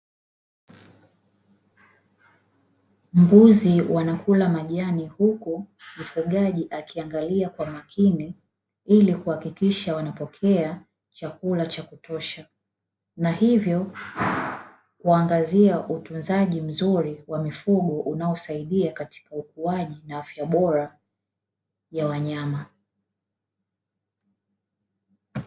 Mbuzi wanakula majani huku mfugaji akiangalia kwa makini ili kuhakikisha wanapokea chakula cha kutosha, na hivyo huangazia utunzaji mzuri wa mifugo unaosaidia katika ukuaji na afya bora ya wanyama.